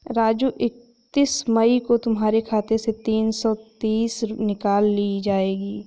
राजू इकतीस मई को तुम्हारे खाते से तीन सौ तीस निकाल ली जाएगी